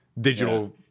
digital